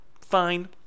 fine